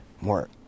more